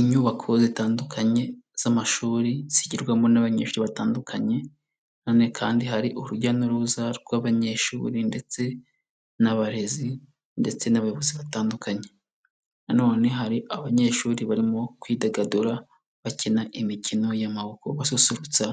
Inyubako zitandukanye z'amashuri zigirwamo n'abanyeshuri batandukanye. Nanone kandi hari urujya n'uruza rw'abanyeshuri ndetse n'abarezi ndetse n'abayobozi batandukanye. Nanone hari abanyeshuri barimo kwidagadura bakina imikino y'amaboko basusurutsa